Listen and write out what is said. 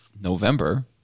November